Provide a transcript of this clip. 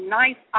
nice